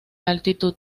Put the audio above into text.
altitud